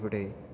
അവിടെ